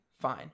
Fine